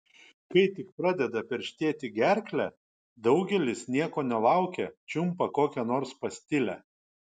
kai tik pradeda perštėti gerklę daugelis nieko nelaukę čiumpa kokią nors pastilę